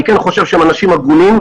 אני חושב שהם אנשים הגונים.